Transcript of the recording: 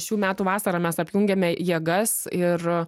šių metų vasarą mes apjungėme jėgas ir